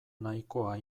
nahikoa